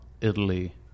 Italy